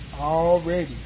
Already